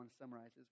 summarizes